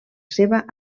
seva